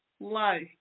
life